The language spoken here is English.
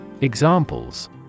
Examples